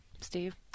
Steve